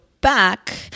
back